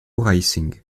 racing